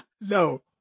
No